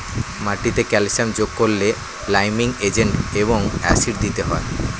মাটিতে ক্যালসিয়াম যোগ করলে লাইমিং এজেন্ট এবং অ্যাসিড দিতে হয়